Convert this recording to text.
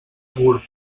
gurb